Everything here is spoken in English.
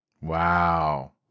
Wow